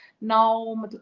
now